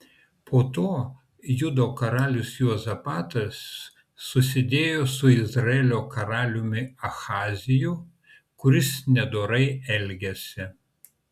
po to judo karalius juozapatas susidėjo su izraelio karaliumi ahaziju kuris nedorai elgėsi